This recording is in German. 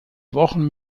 wochen